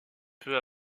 peu